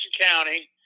County